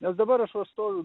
nes dabar aš va stoviu